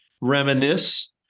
reminisce